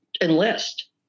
enlist